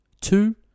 Two